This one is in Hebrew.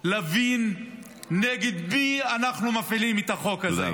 להבין נגד מי אנחנו מפעילים את החוק הזה.